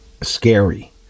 scary